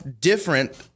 different